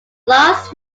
last